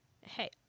hey